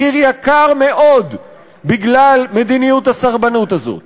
מחיר יקר מאוד, בגלל מדיניות הסרבנות הזאת.